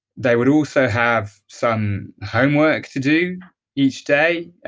they would also have some homework to do each day.